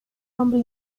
hombre